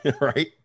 Right